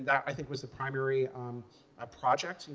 i think, was the primary um ah project.